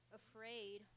afraid